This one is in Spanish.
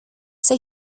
esa